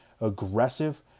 aggressive